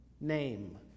name